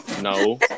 No